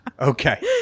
okay